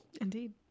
Indeed